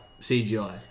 CGI